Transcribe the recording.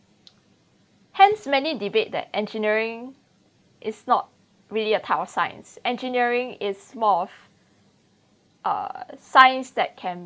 hence many debate that engineering is not really a type of science engineering is more of uh science that can